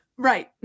Right